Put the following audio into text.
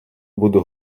буду